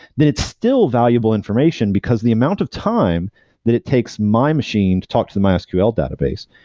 then it's still valuable information because the amount of time that it takes my machine to talk to the mysql database,